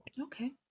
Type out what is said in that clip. Okay